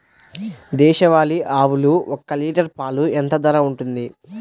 దేశవాలి ఆవులు ఒక్క లీటర్ పాలు ఎంత ధర ఉంటుంది?